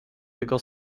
jego